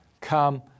come